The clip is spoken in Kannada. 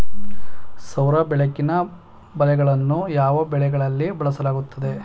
ಸೌರ ಬೆಳಕಿನ ಬಲೆಗಳನ್ನು ಯಾವ ಬೆಳೆಗಳಲ್ಲಿ ಬಳಸಲಾಗುತ್ತದೆ?